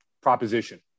proposition